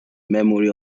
memory